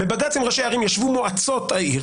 בבג"צ עם ראשי הערים ישבו ראשי מועצות העיר